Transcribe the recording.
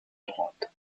droite